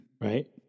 right